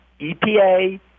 EPA